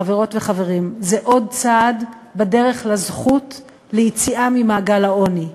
חברות וחברים: זה עוד צעד בדרך לזכות ליציאה ממעגל העוני.